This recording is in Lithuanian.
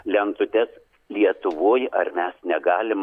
lentutes lietuvoj ar mes negalim